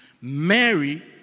Mary